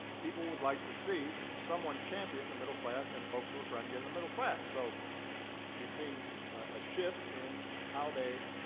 people would like to see someone champion the middle class and folks who are trying to get in the middle class. so we've seen a shift in how they